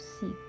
seek